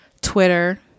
Twitter